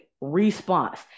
response